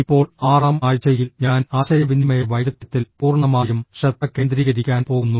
ഇപ്പോൾ ആറാം ആഴ്ചയിൽ ഞാൻ ആശയവിനിമയ വൈദഗ്ധ്യത്തിൽ പൂർണ്ണമായും ശ്രദ്ധ കേന്ദ്രീകരിക്കാൻ പോകുന്നു